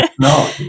no